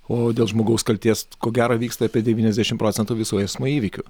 o dėl žmogaus kaltės ko gero vyksta apie devyniasdešimt procentų visų eismo įvykių